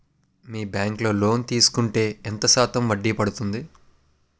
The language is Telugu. మీ బ్యాంక్ లో లోన్ తీసుకుంటే ఎంత శాతం వడ్డీ పడ్తుంది?